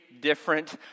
different